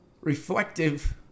reflective